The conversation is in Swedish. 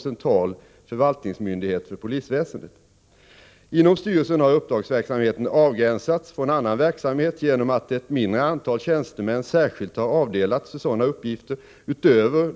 Vilken omfattning och inriktning har verksamheten inom RPS-konsult fått och hur sker beslutsfunktionen? 2.